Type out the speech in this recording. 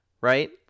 right